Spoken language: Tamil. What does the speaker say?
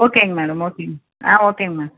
ஓகேங்க மேடம் ஓகேங்க ஆ ஓகேங்க மேடம்